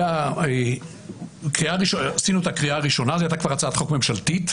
הגענו לקריאה ראשונה זאת כבר הייתה הצעת חוק ממשלתית,